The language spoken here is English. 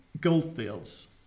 Goldfields